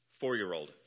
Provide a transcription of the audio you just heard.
four-year-old